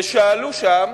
שאלו שם